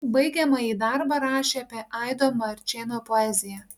baigiamąjį darbą rašė apie aido marčėno poeziją